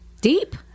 deep